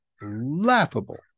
laughable